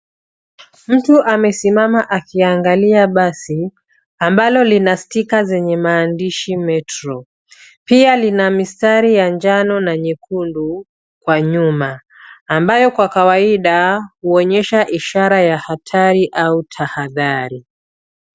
Mtu amesimama akiangalia basi, ambalo lina stika zenye maandishi Metro. Pia lina mistari ya njano na nyekundu kwa nyuma ambayo kwa kawaida huonyesha ishara ya hatari na tahadhari.